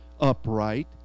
upright